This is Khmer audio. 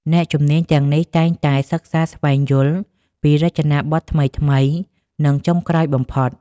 អ្នកជំនាញទាំងនេះតែងតែសិក្សាស្វែងយល់ពីរចនាប័ទ្មថ្មីៗ និងចុងក្រោយបំផុត។